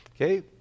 Okay